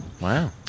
Wow